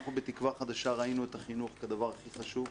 אנחנו בתקווה חדשה ראינו את החינוך כדבר הכי חשוב,